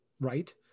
right